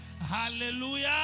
Hallelujah